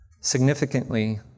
Significantly